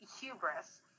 hubris